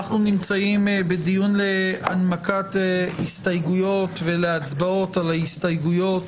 אנחנו נמצאים בדיון להנמקת הסתייגויות ולהצבעות על ההסתייגויות